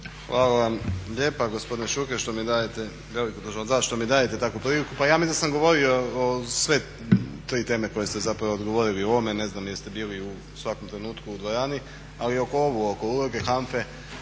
Hvala vam lijepa gospodine Šuker što mi dajete takvu priliku. Pa ja mislim da sam govorio o sve tri teme koje ste zapravo govorili u ovome, ne znam jeste bili u svakom trenutku u dvorani ali oko uloge HANFA-e